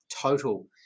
total